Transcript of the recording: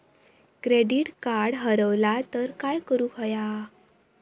Credit card हरवला तर काय करुक होया?